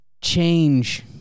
change